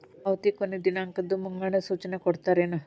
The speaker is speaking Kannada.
ಪಾವತಿ ಕೊನೆ ದಿನಾಂಕದ್ದು ಮುಂಗಡ ಸೂಚನಾ ಕೊಡ್ತೇರೇನು?